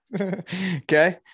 Okay